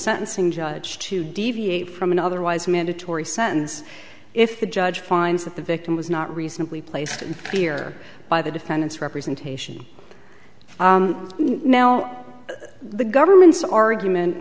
sentencing judge to deviate from an otherwise mandatory sentence if the judge finds that the victim was not reasonably placed in fear by the defendant's representation now the government's argument